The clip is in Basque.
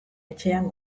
etxean